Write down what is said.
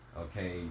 okay